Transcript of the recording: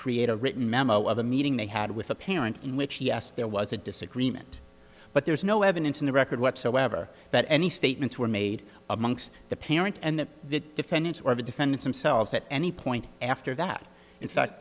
create a written memo of a meeting they had with a parent in which yes there was a disagreement but there is no evidence on the record whatsoever that any statements were made amongst the parent and the defendant or the defendant himself at any point after that i